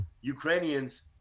Ukrainians